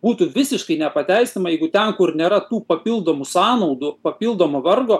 būtų visiškai nepateisinama jeigu ten kur nėra tų papildomų sąnaudų papildomo vargo